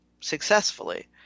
successfully